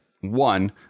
one